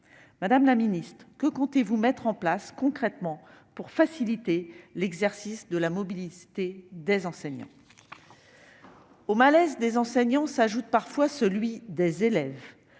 Madame la secrétaire d'État, que comptez-vous mettre en place, concrètement, pour faciliter l'exercice de la mobilité des enseignants ? Au malaise de ces derniers s'ajoute parfois celui des élèves.